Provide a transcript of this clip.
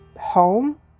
home